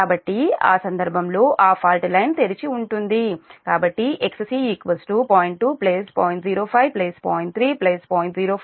కాబట్టి ఆ సందర్భంలో ఆ ఫాల్ట్ లైన్ తెరిచి ఉంటుంది కాబట్టి XC 0